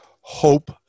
Hope